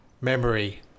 memory